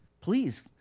Please